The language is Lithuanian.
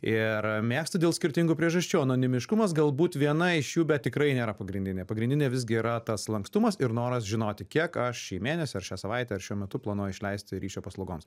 ir mėgsta dėl skirtingų priežasčių anonimiškumas galbūt viena iš jų bet tikrai nėra pagrindinė pagrindinė visgi yra tas lankstumas ir noras žinoti kiek aš šį mėnesį ar šią savaitę ar šiuo metu planuoju išleisti ryšio paslaugoms